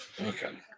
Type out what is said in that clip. Okay